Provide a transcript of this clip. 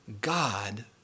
God